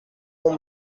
pont